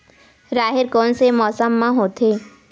राहेर कोन से मौसम म होथे?